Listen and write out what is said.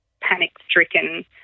panic-stricken